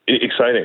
Exciting